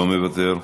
לא מוותר.